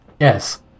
Yes